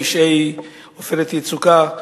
פשעי "עופרת יצוקה",